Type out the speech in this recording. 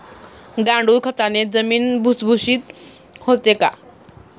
गांडूळ खताने जमीन भुसभुशीत होते का?